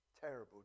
terrible